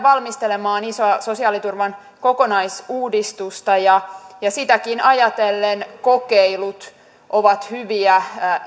valmistelemaan isoa sosiaaliturvan kokonaisuudistusta ja ja sitäkin ajatellen kokeilut ovat hyviä